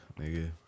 nigga